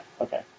Okay